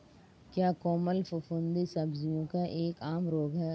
क्या कोमल फफूंदी सब्जियों का एक आम रोग है?